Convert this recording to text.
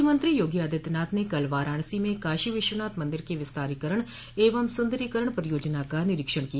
मुख्यमंत्री योगी आदित्यनाथ ने कल वाराणसी में काशी विश्वनाथ मंदिर के विस्तारीकरण एंव सुंदरीकरण परियोजना का निरीक्षण किया